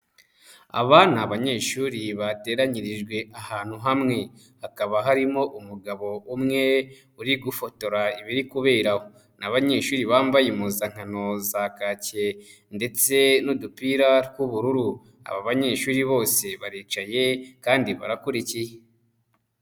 Aba ni abanyeshuri bateranyirijwe ahantu hamwe, hakaba harimo umugabo umwe uri gufotora ibiri kubera aho, ni abanyeshuri bambaye impuzankano za kake ndetse n'udupira tw'ubururu, aba banyeshuri bose baricaye kandi barakurikiye.